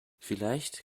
vielleicht